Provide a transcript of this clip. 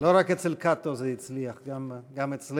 לא רק אצל קאטו זה הצליח, גם אצלנו.